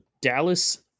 Dallas